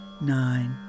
Nine